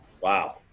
Wow